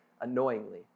annoyingly